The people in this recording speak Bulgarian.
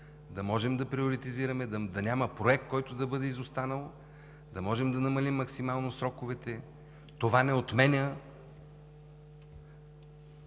да можем да приоритизираме, да няма проект, който да бъде изостанал, да можем да намалим максимално сроковете. Това не отменя